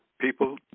people